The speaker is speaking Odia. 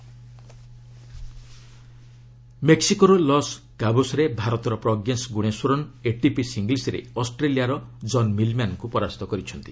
ଟେନିସ୍ ମେକ୍ସିକୋର ଲସ୍ କାବୋସ୍ରେ ଭାରତର ପ୍ରଜ୍ଜେଶ ଗୁଣେଶ୍ୱରନ୍ ଏଟିପି ସିଙ୍ଗଲ୍ୱରେ ଅଷ୍ଟ୍ରେଲିଆର ଜନ୍ ମିଲ୍ମ୍ୟାନ୍ଙ୍କୁ ପରାସ୍ତ କରିଛନ୍ତି